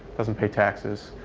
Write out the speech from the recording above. doesn't pay taxes.